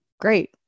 Great